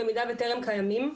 במידה וטרם קיימים,